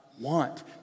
want